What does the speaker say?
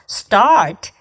start